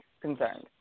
Concerned